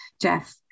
Jeff